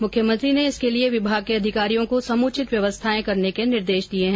मुख्यमंत्री ने इसके लिए विभाग के अधिकारियों को समुचित व्यवस्थाएं करने के निर्देश दिए हैं